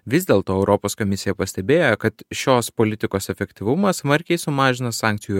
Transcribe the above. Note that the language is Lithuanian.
vis dėlto europos komisija pastebėjo kad šios politikos efektyvumą smarkiai sumažina sankcijų